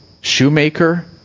Shoemaker